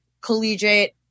collegiate